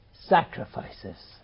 sacrifices